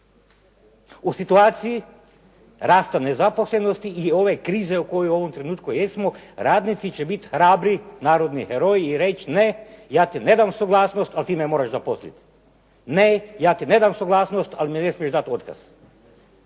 U situaciji rasta nezaposlenosti i ove krize u kojoj u ovom trenutku jesmo, radnici će biti hrabri narodni heroji i reći ne, ja ti ne dam suglasnost, ali ti me moraš zaposlit. Ne, ja ti ne dam suglasnost, ali mi ne smiješ dat otkaz.